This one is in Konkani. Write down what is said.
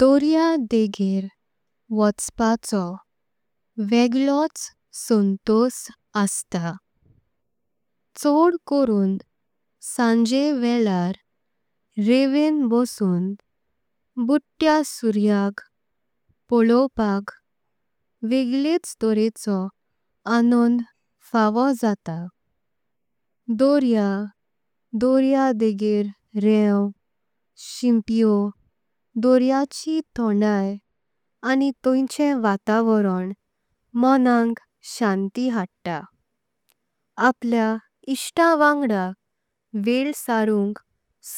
दर्या डेंगर वचपाचो वेगळोच सन्तोस अस्तां। छोड करून सांजे वेलार रेवण भोसून बुद्वेया। सूर्याक पळोवपाक वेगळेच तोरेंच आनंद फावो। जाता दर्या, दर्या डेंगर रेंव, शिम्पेओं, दर्याची। थोंडाई आनी तेंचे वातावरोण मनाक शांती। हात्टा आपल्या इच्छता वांगडा वेल सारुंक।